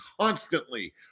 constantly